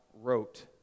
wrote